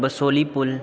Basohli ਪੁੱਲ